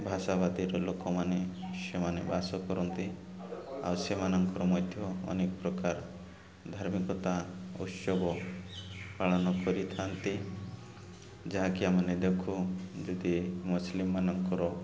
ଭାଷାବାଦୀର ଲୋକମାନେ ସେମାନେ ବାସ କରନ୍ତି ଆଉ ସେମାନଙ୍କର ମଧ୍ୟ ଅନେକ ପ୍ରକାର ଧାର୍ମିକତା ଉତ୍ସବ ପାଳନ କରିଥାନ୍ତି ଯାହାକି ଆମମାନେ ଦେଖୁ ଯଦି ମୁସଲିମ୍ ମାନଙ୍କର